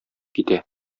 китә